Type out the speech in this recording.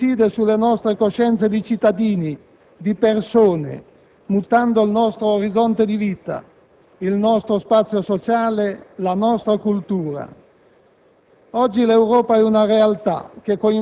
È un processo che ha inciso e incide sulla nostre coscienze di cittadini, di persone, puntando al nostro orizzonte di vita, il nostro spazio sociale, la nostra cultura.